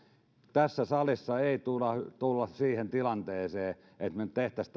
tässä salissa ei tulla tilanteeseen että me tekisimme